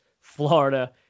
Florida